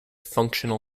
functional